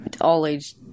all-age